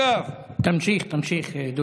תמשיך, תמשיך, דודי.